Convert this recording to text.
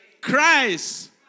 Christ